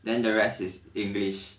then the rest is english